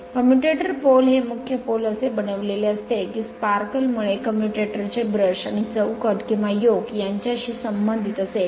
commutator pole हे मुख्य pole असे बनविलेले असते की स्पार्कल मुळे कम्युटेटर चे ब्रश आणि चौकट किंवा योक यांच्याशी संबंधित असेल